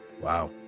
Wow